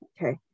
Okay